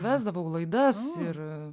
vesdavau laidas ir